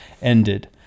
ended